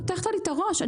פתחת לי את הראש.